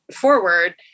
forward